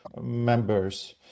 members